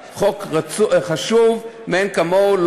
זה חוק חשוב מאין כמוהו.